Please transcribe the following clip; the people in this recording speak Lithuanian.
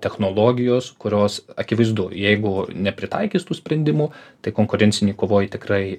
technologijos kurios akivaizdu jeigu nepritaikys tų sprendimų tai konkurencinėj kovoj tikrai